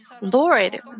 Lord